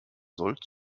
soll